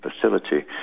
facility